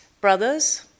brothers